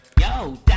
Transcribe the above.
yo